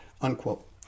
unquote